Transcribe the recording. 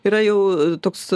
yra jau toks